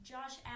Josh